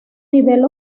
nivel